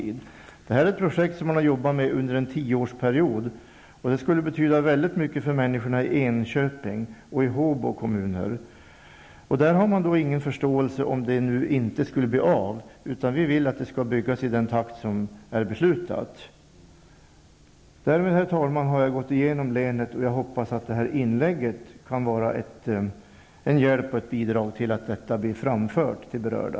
Det här är ett projekt man har jobbat med under en 10 årsperiod, och det skulle betyda väldigt mycket för människorna i Enköping och Håbo kommuner. Där har man ingen förståelse för att detta inte skulle bli av, utan vi vill att banan skall byggas i den takt som är beslutad. Därmed, herr talman, har jag gått igenom länet, och jag hoppas att det här inlägget kan vara en hjälp och ett bidrag till att detta blir framfört till berörda.